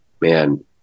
man